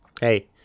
Hey